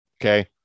okay